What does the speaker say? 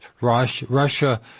Russia